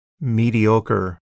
mediocre